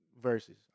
verses